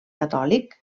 catòlic